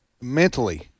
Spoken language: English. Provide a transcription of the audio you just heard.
mentally